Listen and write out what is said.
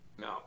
No